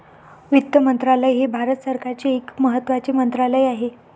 वित्त मंत्रालय हे भारत सरकारचे एक महत्त्वाचे मंत्रालय आहे